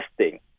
testing